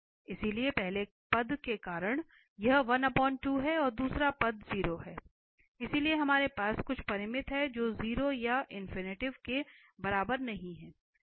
इसलिए पहले पद के कारण यह 1 2 है और दूसरा पद 0 है इसलिए हमारे पास कुछ परिमित है जो 0 या के बराबर नहीं है